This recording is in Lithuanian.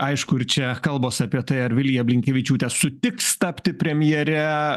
aišku ir čia kalbos apie tai ar vilija blinkevičiūtė sutiks tapti premjere